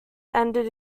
ended